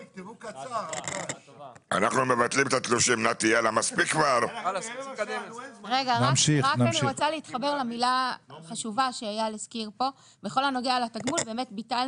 אני רוצה להתחבר למילה חשובה שאייל הזכיר,